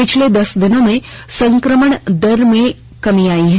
पिछले दस दिनों में संक्रमण दर में भी कमी आयी है